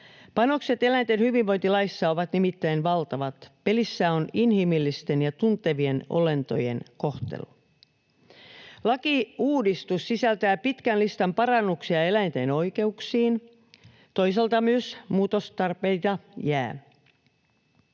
Panokset eläinten hyvinvointilaissa ovat nimittäin valtavat: pelissä on inhimillisten ja tuntevien olentojen kohtelu. Lakiuudistus sisältää pitkän listan parannuksia eläinten oikeuksiin. Toisaalta myös muutostarpeita jää.